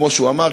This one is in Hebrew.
כמו שהוא אמר,